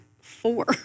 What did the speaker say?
four